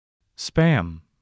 Spam